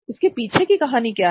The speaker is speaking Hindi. इसके पीछे की कहानी क्या है